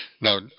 Now